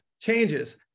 changes